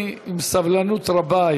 אף שהזמן, אני עם סבלנות רבה היום.